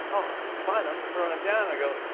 oh, this is fine. i'm just throwing them down. i go,